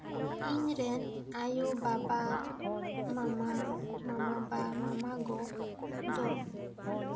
ᱤᱧ ᱨᱮᱱ ᱟᱭᱩᱼᱵᱟᱵᱟ ᱢᱟᱢᱟ ᱢᱟᱢᱟᱵᱟ ᱢᱟᱢᱟ ᱜᱚ ᱫᱚ